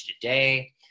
Today